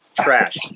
trash